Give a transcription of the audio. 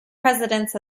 presidents